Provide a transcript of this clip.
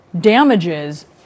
damages